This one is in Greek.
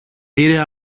πήρε